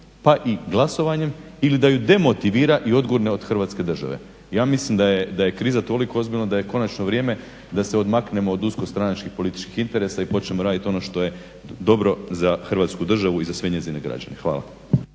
pa i glasovanjem ili da ju demotivira i odgurne je od Hrvatske države. Ja mislim da je kriza toliko ozbiljna da je konačno vrijeme da se odmaknemo od usko stranačkih političkih interesa i počnemo raditi ono što je dobro za Hrvatsku državu i sve njezine građane. Hvala.